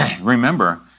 remember